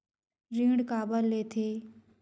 ऋण काबर लेथे?